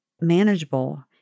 manageable